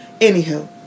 anywho